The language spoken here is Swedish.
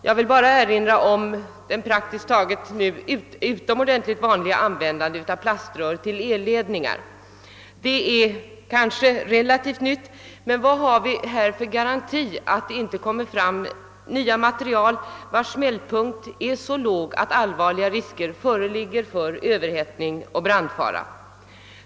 Jag vill bara erinra om att det numera är ytterst vanligt att plaströr används till elledningar. Vilka garantier har vi för att det inte framkommer nya material vil kas smältpunkt är så låg, att allvarliga risker föreligger för överhettning och brandfara?